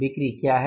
बिक्री क्या है